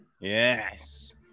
yes